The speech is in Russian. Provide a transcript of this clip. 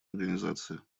организации